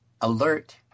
alert